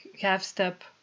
half-step